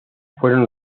fueron